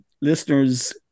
listeners